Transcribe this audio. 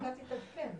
שהחקיקה תתעדכן.